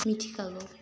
मिथिखागौ